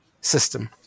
system